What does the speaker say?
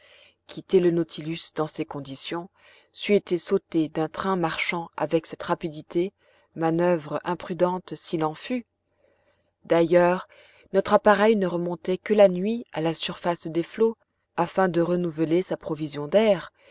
quitter le nautilus dans ces conditions c'eût été sauter d'un train marchant avec cette rapidité manoeuvre imprudente s'il en fut d'ailleurs notre appareil ne remontait que la nuit à la surface des flots afin de renouveler sa provision d'air